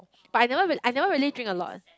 but I never really I never really drink a lot